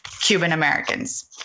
Cuban-Americans